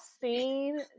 seen